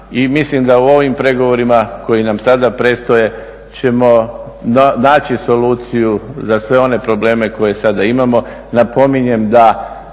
mislim da u ovom pregovorima koji nam sada predstoje ćemo naći soluciju za sve one probleme koje sada imamo.